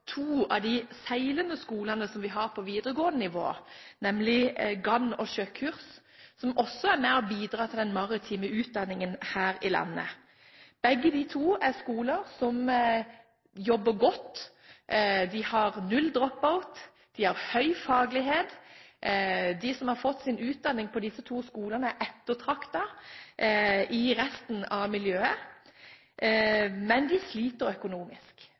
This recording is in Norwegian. to av de seilende skolene som vi har på videregående nivå, nemlig «Gann» og «Sjøkurs», som også er med og bidrar til den maritime utdanningen her i landet. Begge er skoler som jobber godt, de har null drop-out, de har høy faglighet. De som har fått sin utdanning på disse to skolene, er ettertraktet i resten av miljøet. Men skolene sliter økonomisk.